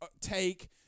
take